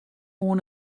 oan